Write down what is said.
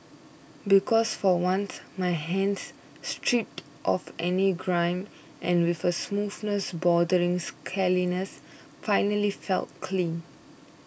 because for once my hands stripped of any grime and with a smoothness bordering scaliness finally felt clean